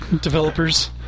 developers